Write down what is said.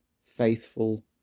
faithful